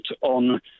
on